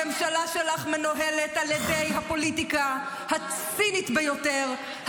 הממשלה שלך מנוהלת על ידי הפוליטיקה הצינית ביותר,